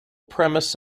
premise